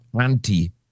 anti